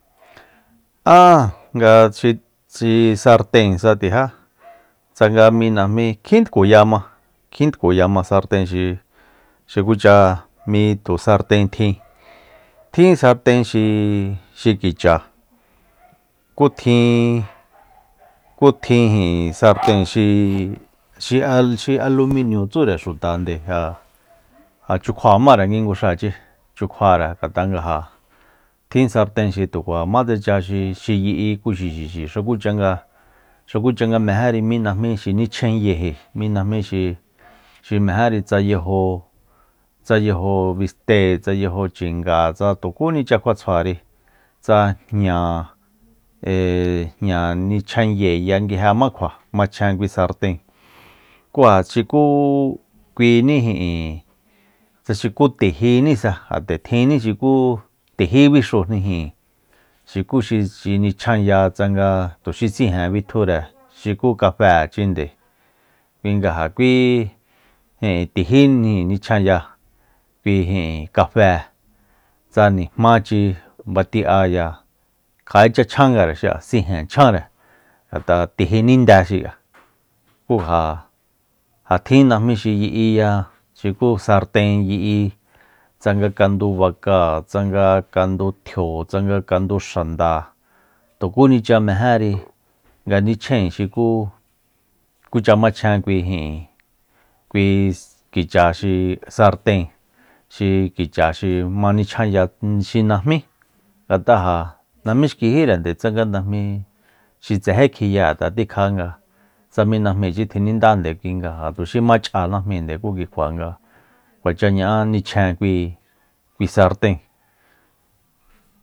Aa nga xi- xi sarten sa tija tsanga mi najmi kjin tkuyama kjin tkuyama sarten xi xi kucha mi tu sarten tjin tjin sarten xii xi kicha kú tjin kú tjin ijin sarten xi xial- xialuminio tsure xutande ja chjukjuamare ngui nguxachi chukjuare ngatꞌa nga ja tjin sarten xi tukuamatsecha xi- xi yiꞌi kúxi xixi xukucha nga xukucha nga mejeri mi najmi xi nichjainyeji mi najmi xi- xi mejeri tsa yajo tsa yajo biste tsa yajo chinga tsa tukunicha kjuatsjuari tsa jña ee jña nichjayeya nguiejema kjua machjen kui sarten kú ja xuku kuini ijin tsa xuku tijinisa ja nde tjini xuku tiji bixujni jin xuku xi- xi nichjanya tsanga tuxi sijen bitjure xuku kafechinde kui nga jakui ijin tiji nichjanya kui ijin kafe tsa nijmachi basiꞌaya kjaꞌicha chjangare xiꞌa sijen chjanre ngatꞌa tiji ninde xiꞌa kú ja ja tjin najmi xi yiꞌi ya xuku sarten yiꞌi tsanga kandu baka tsanga kandu tjio tsanga kandu xanda tukunicha mejeri nga nichainji xuku kucha machjen kui ijin kui kicha xi sarten xi kicha xi ma nichjanya xi najmi ngatꞌa ja najmi xkijírende tsanga najmi xi tsejí kjiya ngatꞌa tikjanga tsa mi najmichi tjinindánde kui nga ja tuxi machꞌa najminde kú kikjua nga kuacha ñaꞌan nichjen kui sarten.